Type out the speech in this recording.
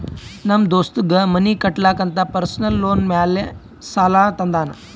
ನಮ್ ದೋಸ್ತಗ್ ಮನಿ ಕಟ್ಟಲಾಕ್ ಅಂತ್ ಪರ್ಸನಲ್ ಲೋನ್ ಮ್ಯಾಲೆ ಸಾಲಾ ತಂದಾನ್